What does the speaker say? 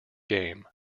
game